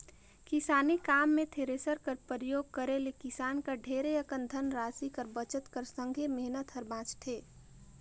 किसानी काम मे थेरेसर कर परियोग करे ले किसान कर ढेरे अकन धन रासि कर बचत कर संघे मेहनत हर बाचथे